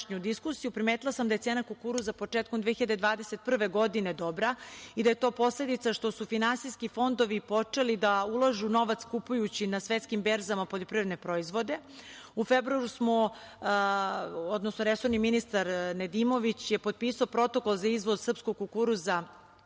primetila sam da je cena kukuruza početkom 2021. godine dobra i da je to posledica što su finansijski fondovi počeli da ulažu novac kupujući na svetskim berzama poljoprivredne proizvode. U februaru smo, odnosno resorni ministar Nedimović je potpisao Protokol za izvoz srpskog kukuruza